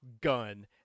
gun